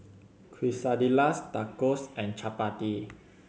Quesadillas Tacos and Chapati